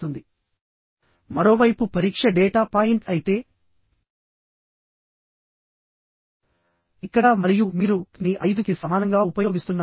ఇది 5 ఇది 6 అంటే 1 2 5 6